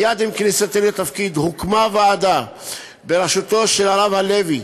מייד עם כניסתי לתפקיד הוקמה ועדה בראשותו של הרב הלוי,